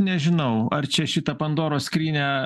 nežinau ar čia šitą pandoros skrynią